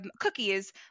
cookies